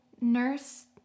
nurse